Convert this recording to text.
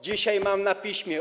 Dzisiaj mam na piśmie.